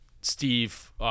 Steve –